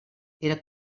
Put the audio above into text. era